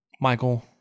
Michael